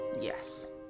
Yes